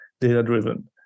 data-driven